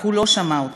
אך הוא לא שמע אותה.